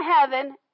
heaven